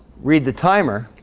read the timer